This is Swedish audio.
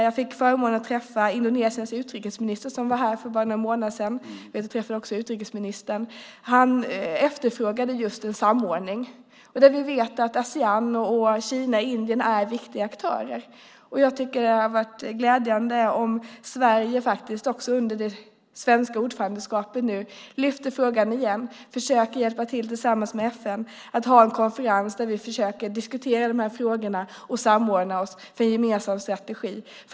Jag hade förmånen att träffa Indonesiens utrikesminister som var här för bara någon månad sedan. Jag vet att han träffade också utrikesministern. Indonesiens utrikesminister efterfrågade just en samordning. Vi vet ju att Asean, Kina och Indien är viktiga aktörer. Det skulle vara glädjande om Sverige under det svenska ordförandeskapet kunde lyfta fram frågan igen och tillsammans med FN försöka hjälpa till med att få till stånd en konferens där vi försöker diskutera de här frågorna och samordna oss för en gemensam strategi.